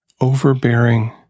overbearing